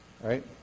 Right